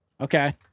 Okay